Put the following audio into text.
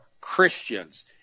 Christians